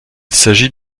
s’agit